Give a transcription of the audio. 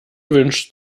wünscht